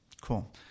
cool